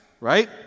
right